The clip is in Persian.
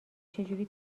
چجوری